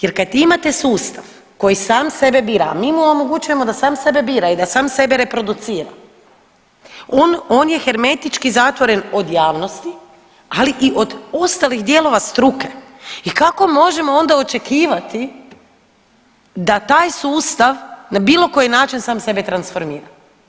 Jer kad imate sustav koji sam sebe bira, a mi mu omogućujemo da sam sebe bira i da sam sebe reproducira, on je hermetični zatvoren od javnosti, ali i od ostalih dijelova struke i kako možemo ona očekivati da taj sustav na bilo koji način sam sebe transformira.